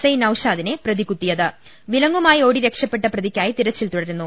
I നൌഷാദിനെ പ്രതി കുത്തി വിലങ്ങുമായി ഓടി രക്ഷപ്പെട്ട പ്രതിക്കായി തിരച്ചിൽ തുടരുന്നു